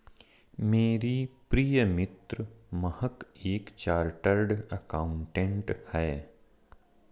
मेरी प्रिय मित्र महक एक चार्टर्ड अकाउंटेंट है